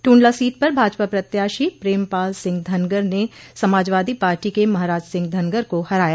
Tundla seat पर भाजपा प्रत्याशी प्रेमपाल सिंह धनगर ने समाजवादी पार्टी के महाराज सिंह धनगर को हराया